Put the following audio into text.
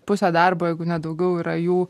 pusė darbo jeigu ne daugiau yra jų